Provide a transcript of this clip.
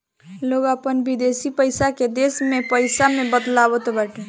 लोग अपन विदेशी पईसा के देश में पईसा में बदलवावत बाटे